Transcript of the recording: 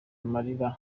amarira